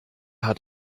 hat